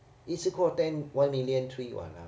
一次过 ten one million trees !walao!